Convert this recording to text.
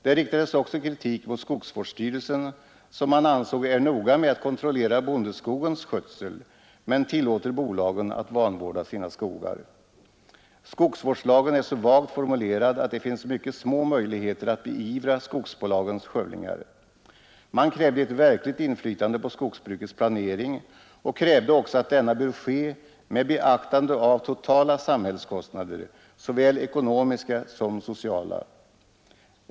Det riktades också kritik mot skogsvårdsstyrelsen som man ansåg är noga med att kontrollera bondeskogens skötsel men tillåter bolagen att vanvårda sina skogar. Skogsvårdslagen är så vagt formulerad att det finns mycket små möjligheter att beivra skogsbolagens skövlingar. Man krävde ett verkligt inflytande på skogsbrukets planering och menade också att denna bör ske med beaktande av totala samhällskostnader, såväl ekonomiska som sociala.